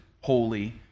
holy